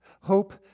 hope